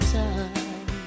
time